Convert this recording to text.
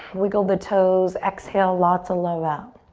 wiggle the toes. exhale, lots of love out.